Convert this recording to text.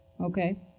Okay